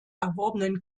erworbenen